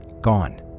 gone